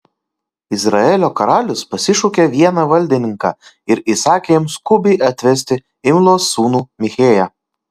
izraelio karalius pasišaukė vieną valdininką ir įsakė jam skubiai atvesti imlos sūnų michėją